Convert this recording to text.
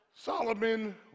Solomon